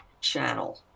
channel